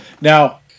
Now